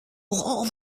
all